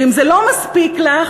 ואם זה לא מספיק לך,